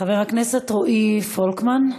חבר הכנסת רועי פולקמן,